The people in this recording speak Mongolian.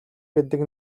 гэдэг